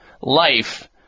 life